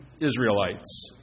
Israelites